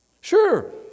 Sure